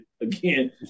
again